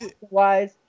wise